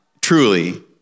truly